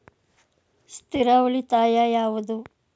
ಸ್ಥಿರ ಉಳಿತಾಯ ಯಾವುದು?